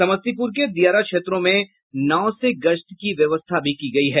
समस्तीपुर के दियारा क्षेत्रों में नाव से गश्त की व्यवस्था की गयी है